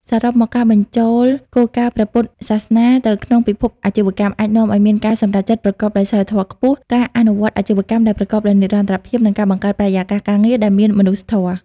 សរុបមក ការបញ្ចូលគោលការណ៍ព្រះពុទ្ធសាសនាទៅក្នុងពិភពអាជីវកម្ម អាចនាំឱ្យមានការសម្រេចចិត្តប្រកបដោយសីលធម៌ខ្ពស់ ការអនុវត្តអាជីវកម្មដែលប្រកបដោយនិរន្តរភាព និងការបង្កើតបរិយាកាសការងារដែលមានមនុស្សធម៌។